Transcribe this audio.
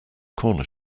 corner